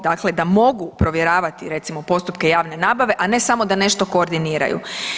Dakle, da mogu provjeravati recimo postupke javne nabave, a ne samo da nešto koordiniraju.